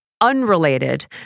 unrelated